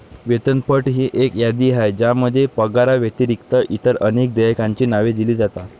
वेतनपट ही एक यादी आहे ज्यामध्ये पगाराव्यतिरिक्त इतर अनेक देयकांची नावे दिली जातात